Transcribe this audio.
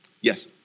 Yes